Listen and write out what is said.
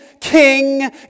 king